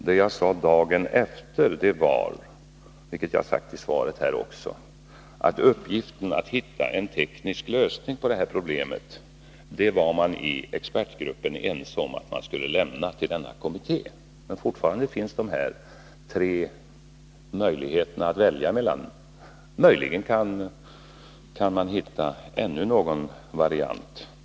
Det jag sade dagen efter var — vilket jag framhållit i svaret här också — att uppgiften att hitta en teknisk lösning på problemet var man i expertgruppen enig om att lämna till kommittén. Men fortfarande finns de här tre möjligheterna att välja mellan. Möjligen kan man hitta ännu någon variant.